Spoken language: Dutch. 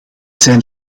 zijn